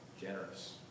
generous